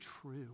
true